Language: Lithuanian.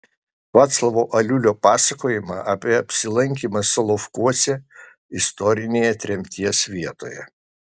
vaclovo aliulio pasakojimą apie apsilankymą solovkuose istorinėje tremties vietoje